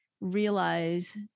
realize